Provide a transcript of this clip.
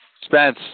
Spence